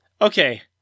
okay